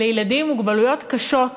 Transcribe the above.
לילדים עם מוגבלויות קשות,